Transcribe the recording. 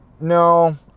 no